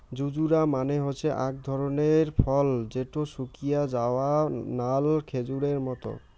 জুজুবা মানে হসে আক ধরণের ফল যেটো শুকিয়ে যায়া নাল খেজুরের মত